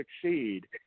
succeed